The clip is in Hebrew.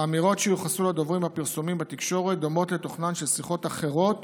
האמירות שיוחסו לדוברים בפרסומים בתקשורת דומות לתוכנן של שיחות אחרות